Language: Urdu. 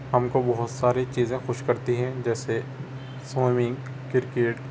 ہم کو بہت ساری چیزیں خوش کرتی ہیں جیسے سوئمنگ کرکٹ